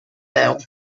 deu